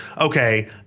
okay